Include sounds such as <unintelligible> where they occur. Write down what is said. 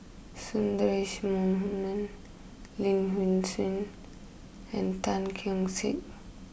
Sundaresh Menon Lin <unintelligible> Hsin and Tan Keong Saik